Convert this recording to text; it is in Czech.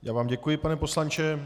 Já vám děkuji, pane poslanče.